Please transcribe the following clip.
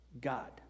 God